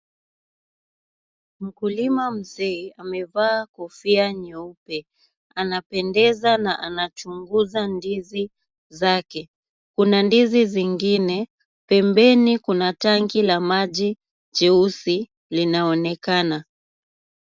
Mkulima mzee amevaa kofia nyeupe, anapendeza na anachunguza ndizi zake. Kuna ndizi zingine, pembeni kuna tanki la maji jeusi linaonekana.